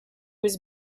was